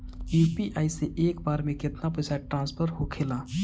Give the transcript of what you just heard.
UPI से एक बार मे केतना पैसा ट्रस्फर होखे ला?